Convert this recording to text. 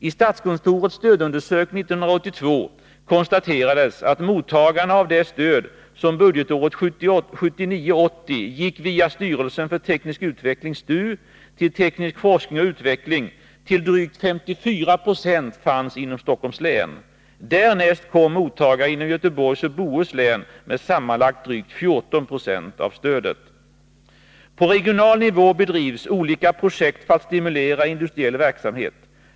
I statskontorets stödundersökning år 1982 konstaterades att mottagarna av det stöd som budgetåret 1979/80 gick via styrelsen för teknisk utveckling, STU, till teknisk forskning och utveckling till drygt 54 26 fanns inom Stockholms län. Därnäst kom mottagare inom Göteborgs och Bohus län med sammanlagt drygt 14 96 av stödet. På regional nivå bedrivs olika projekt för att stimulera industriell verksamhet.